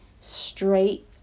straight